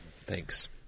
thanks